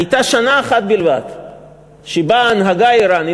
הייתה שנה אחת בלבד שבה ההנהגה האיראנית,